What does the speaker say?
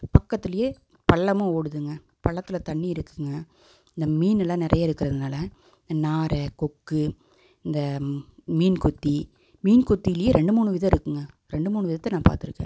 பக்கத்துலேயே பள்ளமும் ஓடுதுங்க பள்ளத்தில் தண்ணீர் இருக்குங்க இந்த மீன்லாம் நிறைய இருக்கறதுனால் நாரை கொக்கு இந்த மீன்கொத்தி மீன்கொத்தியில் ரெண்டு மூணு விதம் இருக்குங்க ரெண்டு மூணு விதத்தை நான் பார்த்துருக்கேன்